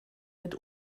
mit